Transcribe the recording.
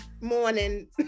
morning